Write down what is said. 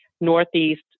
Northeast